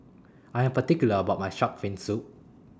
I Am particular about My Shark's Fin Soup